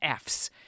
Fs